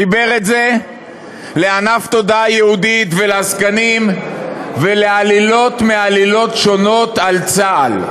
חיבר את זה לענף תודעה יהודית ולעסקנים ולעלילות מעלילות שונות על צה"ל.